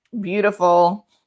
beautiful